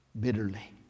bitterly